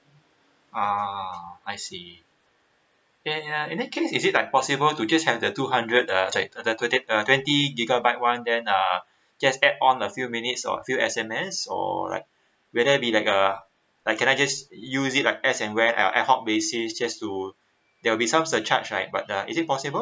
uh I see then in that case is it like possible to just have the two hundred uh twenty gigabyte [one] then uh just add on a few minutes or few S_M_S or like whether be like uh like can I just use it like as and uh air hot basis just to there will be some surcharge right but uh is it possible